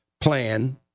plan